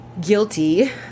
guilty